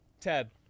Ted